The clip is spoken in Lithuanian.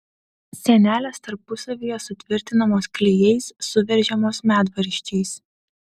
sienelės tarpusavyje sutvirtinamos klijais suveržiamos medvaržčiais